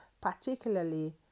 particularly